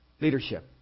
Leadership